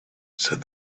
said